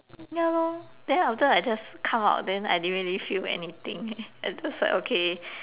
ya lor then after I just come out then I didn't really feel anything I was just like okay